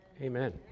Amen